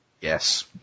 Yes